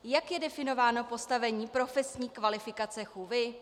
Jak je definováno postavení profesní kvalifikace chůvy?